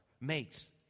makes